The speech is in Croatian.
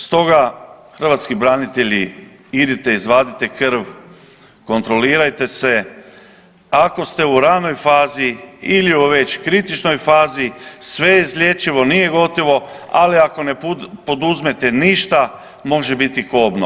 Stoga hrvatski branitelji idite izvadite krv, kontrolirajte se, ako ste u ranoj fazi ili u već kritičnoj fazi, sve je izlječivo nije gotovo, ali ako ne poduzmete ništa može biti kobno.